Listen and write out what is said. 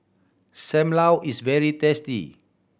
Sam Lau is very tasty